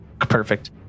Perfect